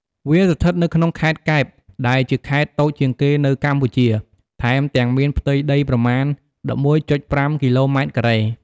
វាស្ថិតនៅក្នុងខេត្តកែបដែលជាខេត្តតូចជាងគេនៅកម្ពុជា ថែមទាំងមានផ្ទៃដីប្រមាណ ១១.៥ គីឡូម៉ែត្រការ៉េ។